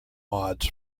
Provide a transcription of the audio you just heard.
mods